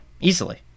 easily